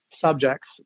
subjects